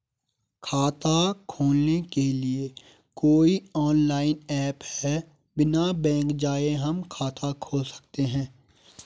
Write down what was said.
खाता खोलने के लिए कोई ऑनलाइन ऐप है बिना बैंक जाये हम खाता खोल सकते हैं?